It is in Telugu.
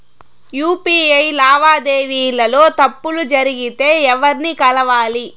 యు.పి.ఐ లావాదేవీల లో తప్పులు జరిగితే ఎవర్ని కలవాలి?